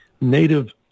native